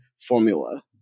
Formula